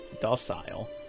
docile